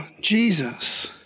Jesus